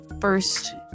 first